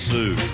Sue